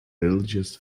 religious